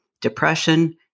depression